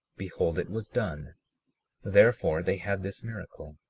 behold, it was done therefore they had this miracle,